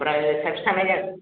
ओमफ्राय साबैसे थांनो जों